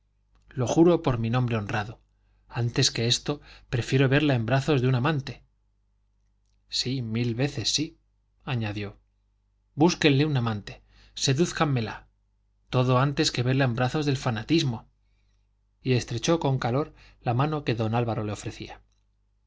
lo juro por mi nombre honrado antes que esto prefiero verla en brazos de un amante sí mil veces sí añadió búsquenle un amante sedúzcanmela todo antes que verla en brazos del fanatismo y estrechó con calor la mano que don álvaro le ofrecía